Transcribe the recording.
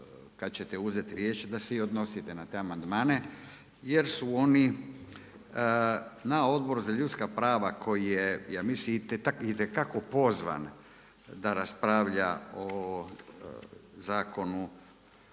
kad ćete uzeti riječ, da se i odnosite na te amandmane jer su oni na Odboru za ljudska prava koji je ja mislim itekako pozvan da raspravlja o Zakonu